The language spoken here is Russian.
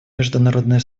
международное